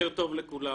לכולם,